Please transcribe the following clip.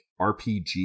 RPG